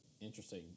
Interesting